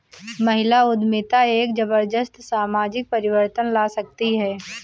महिला उद्यमिता एक जबरदस्त सामाजिक परिवर्तन ला सकती है